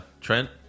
Trent